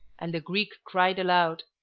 and the greek cried aloud,